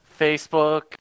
Facebook